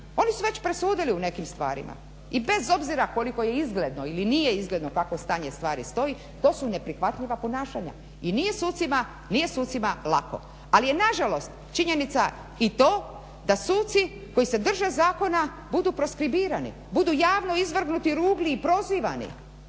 Oni su već presudili u nekim stvarima. I bez obzira koliko je izgledno ili nije izgledno kakvo stanje stvari stoji to su neprihvatljiva ponašanja i nije sucima lako. Ali je nažalost činjenica i to da suci koji se drže zakona budu proskribirani, budu javno izvrgnuti ruglu i prozivani.